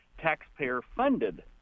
taxpayer-funded